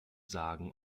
sagen